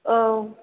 औ